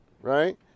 right